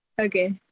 Okay